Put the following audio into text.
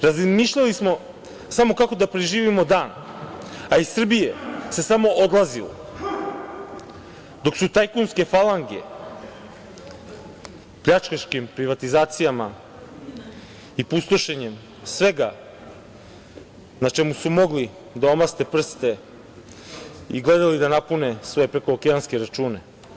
Razmišljali smo samo kako da preživimo dan, a iz Srbije se samo odlazilo, dok su tajkunske falange pljačkaškim privatizacijama i pustošenjem svega na čemu su mogli da omaste prste i gledali da napune svoje prekookeanske račune.